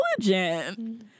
intelligent